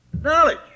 Knowledge